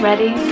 Ready